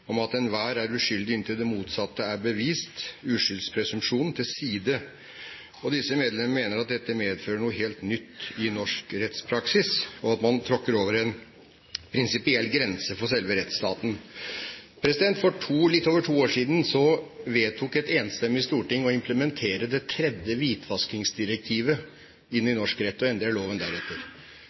om at enhver er uskyldig inntil det motsatte er bevist til side. Disse medlemmer mener dette medfører noe helt nytt i norsk rettspraksis» «at man tråkker over en prinsipiell grense for selve rettsstaten.» For litt over to år siden vedtok et enstemmig storting å implementere det tredje hvitvaskingsdirektivet inn i norsk rett og endre loven deretter.